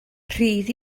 rhydd